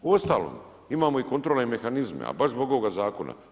Uostalom, imamo i kontrolne mehanizme, a baš zbog ovoga zakona.